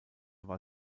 war